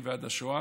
ועד השואה,